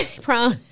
Prom